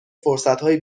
فرصتهای